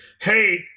Hey